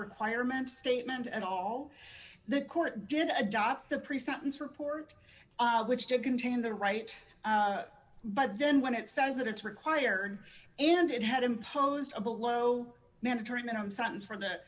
requirement statement and all the court did adopt the pre sentence report which did contain the right but then when it says that it's required and it had imposed a below mandatory minimum sentence for th